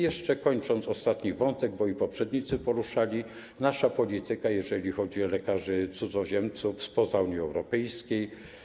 Jeszcze, kończąc ostatni wątek, bo i poprzednicy to poruszali, nasza polityka, jeżeli chodzi o lekarzy cudzoziemców spoza Unii Europejskiej.